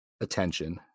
attention